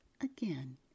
again